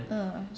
uh